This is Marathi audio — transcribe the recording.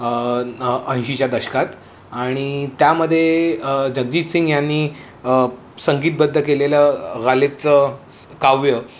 अंशीच्या दशकात आणि त्यामदे जंगजीत सिंग यांनी संगीतबद्द केलेलंबचं काव्य